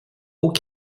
haut